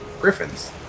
griffins